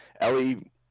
Ellie